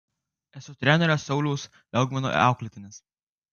esu trenerio sauliaus liaugmino auklėtinis